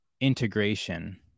integration